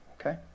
okay